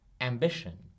ambition